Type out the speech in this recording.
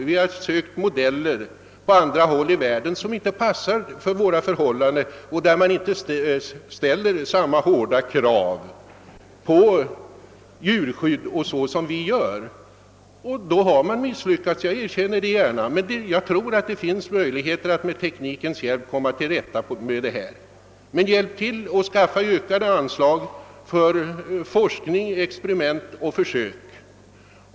De har i andra delar av världen hämtat modeller, som inte passar för våra förhållanden lika bra som i länder där man inte ställer samma hårda krav på djurskydd som vi gör här. Men jag tror det finns möjligheter att med teknikens hjälp komma till rätta med svårigheterna, om vi bara hjälper till med ökade anslag till forskning, experiment och försök.